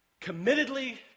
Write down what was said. committedly